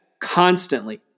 constantly